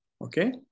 okay